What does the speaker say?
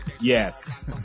yes